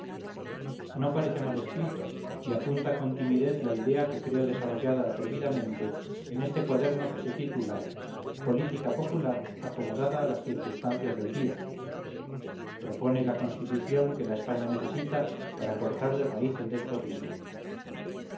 no parece mal escrito y apunta con timidez la idea que creo desarrolla atrevidamente este cuaderno que se intitula política popular acomodada a las circunstancias del día propone la constitución que la españa necesita para cortar de raíz el despotismo